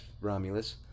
Romulus